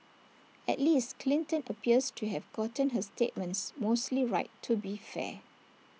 at least Clinton appears to have gotten her statements mostly right to be fair